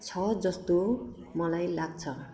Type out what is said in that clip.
छ जस्तो मलाई लाग्छ